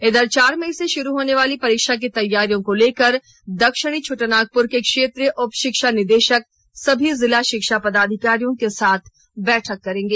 इधर चार मई से शुरू होने वाली परीक्षा की तैयारियों को लेकर दक्षिणी छोटानागपुर के क्षेत्रीय उप शिक्षा निदेशक सभी जिला शिक्षा पदाधिकारियों के साथ बैठक करेंगे